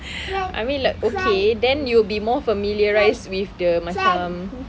I mean like okay then you would be more familiarised with the macam